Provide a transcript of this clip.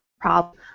problem